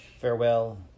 Farewell